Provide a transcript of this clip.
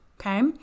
Okay